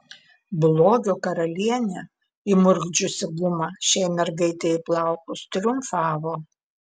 blogio karalienė įmurkdžiusi gumą šiai mergaitei į plaukus triumfavo